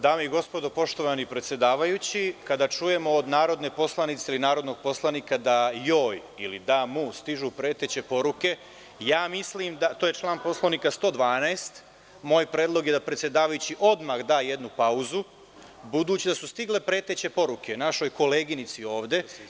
Dame i gospodo, poštovani predsedavajući, kada čujemo od narodne poslanice ili narodnog poslanika da joj ili da mu stižu preteće poruke, moj predlog je da predsedavajući odmah da jednu pauzu, budući da su stigle preteće poruke našoj koleginici ovde.